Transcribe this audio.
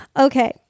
Okay